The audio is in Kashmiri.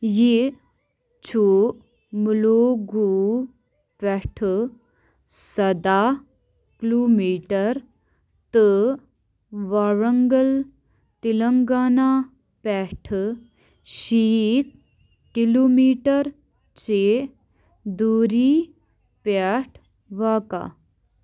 یہِ چھُ مُلوگوٗ پٮ۪ٹھٕ سَداہ کِلوٗ میٖٹر تہٕ وارنٛگل تِلنٛگانہ پٮ۪ٹھٕ شیٖتھ کِلوٗ میٖٹر چہِ دوٗری پٮ۪ٹھ واقع